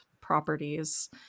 properties